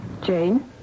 Jane